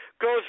goes